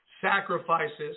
sacrifices